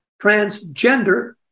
Transgender